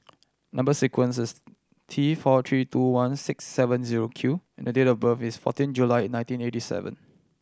number sequence is T four three two one six seven zero Q and date of birth is fourteen July nineteen eighty seven